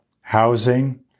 housing